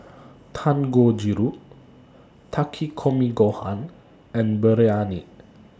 Dangojiru Takikomi Gohan and Biryani